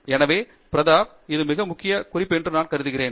எனவே இது பிரதாப் செய்யும் ஒரு மிக முக்கிய குறிப்பு என்று நான் கருதுகிறேன்